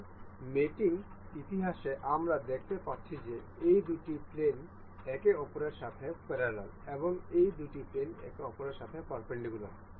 সুতরাং ম্যাটিংয়ের ইতিহাসে আমরা দেখতে পাচ্ছি যে এই দুটি প্লেন একে অপরের সাথে প্যারালাল এবং এই দুটি প্লেন একে অপরের সাথে পারপেন্ডিকুলার